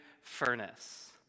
furnace